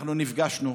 אנחנו נפגשנו,